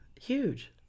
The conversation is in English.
Huge